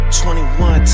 21